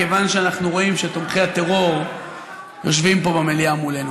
כיוון שאנחנו רואים שתומכי הטרור יושבים פה במליאה מולנו.